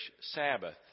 Sabbath